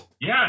Yes